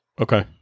Okay